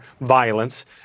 violence